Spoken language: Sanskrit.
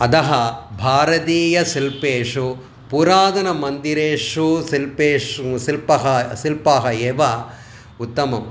अतः भारतीयशिल्पेषु पुरातनमन्दिरेषु शिल्पेषु शिल्पः शिल्पाः एव उत्तमम्